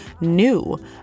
new